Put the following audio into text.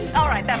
alright, that's